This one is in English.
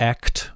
Act